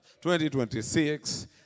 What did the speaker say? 2026